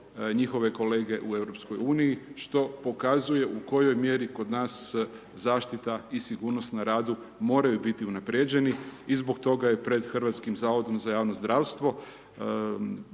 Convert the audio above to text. njihove kolege u EU-u što pokazuje u kojoj mjeri kod nas zaštita i sigurnost na radu moraju biti unaprijeđeni i zbog toga je pred HZJZ-om važan posao